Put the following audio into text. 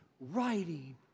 writing